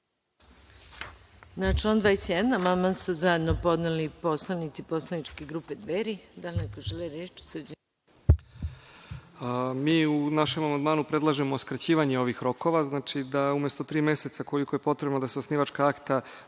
Na član 21. amandman su zajedno podneli poslanici poslaničke grupe Dveri. Da li neko želi reč? **Srđan Nogo** Mi u našem amandmanu predlažemo skraćivanje ovih rokova, da umesto tri meseca koliko je potrebno da se osnivačka akta